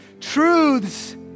truths